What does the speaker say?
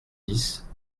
dix